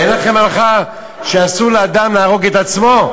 אין לכם הלכה שאסור לאדם להרוג את עצמו?